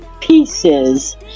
pieces